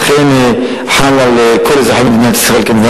לכן חל על כל אזרחי מדינת ישראל כמובן